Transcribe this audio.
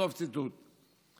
סוף ציטוט.